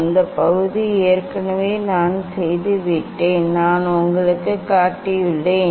அந்த பகுதி ஏற்கனவே நான் செய்துவிட்டேன் நான் உங்களுக்குக் காட்டியுள்ளேன்